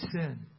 sin